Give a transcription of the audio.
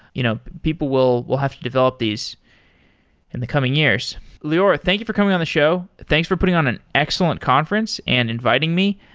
you know people will will have to develop these in the coming years. lior, thank you for coming on the show. thanks for putting on an excellent conference and inviting me.